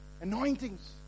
anointings